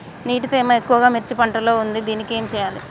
నీటి తేమ ఎక్కువ మిర్చి పంట లో ఉంది దీనికి ఏం చేయాలి?